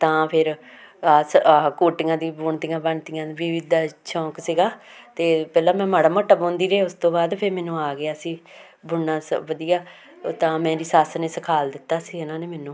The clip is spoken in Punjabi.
ਤਾਂ ਫਿਰ ਆਹ ਆਹਾ ਕੋਟੀਆਂ ਦੀ ਬੁਣਤੀਆਂ ਬਣਤੀਆਂ ਵੀ ਦਾ ਸ਼ੌਕ ਸੀਗਾ ਅਤੇ ਪਹਿਲਾਂ ਮੈਂ ਮਾੜਾ ਮੋਟਾ ਬੁਣਦੀ ਰਹੀ ਉਸ ਤੋਂ ਬਾਅਦ ਫਿਰ ਮੈਨੂੰ ਆ ਗਿਆ ਸੀ ਬੁਣਨਾ ਵਧੀਆ ਉਹ ਤਾਂ ਮੇਰੀ ਸੱਸ ਨੇ ਸਿਖਾ ਦਿੱਤਾ ਸੀ ਇਹਨਾਂ ਨੇ ਮੈਨੂੰ